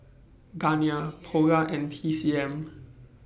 Garnier Polar and T C M